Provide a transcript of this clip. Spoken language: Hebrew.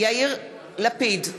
יאיר לפיד,